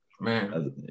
Man